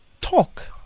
talk